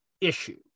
issue